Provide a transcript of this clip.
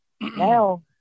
now